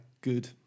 good